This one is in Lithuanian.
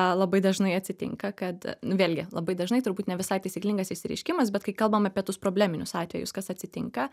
labai dažnai atsitinka kad vėlgi labai dažnai turbūt ne visai taisyklingas išsireiškimas bet kai kalbam apie tuos probleminius atvejus kas atsitinka